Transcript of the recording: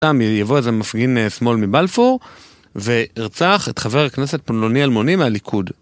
סתם יבוא איזה מפגין שמאל מבלפור וירצח את חבר הכנסת פלוני אלמוני מהליכוד